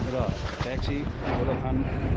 र ट्याक्सी गोरुबथान